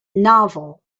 novel